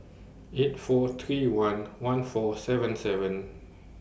eight four three one one four seven seven